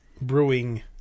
brewing